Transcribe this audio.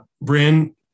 Bryn